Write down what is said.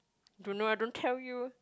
don't know I don't tell you